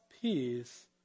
peace